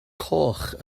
coch